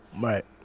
right